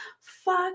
fuck